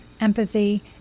empathy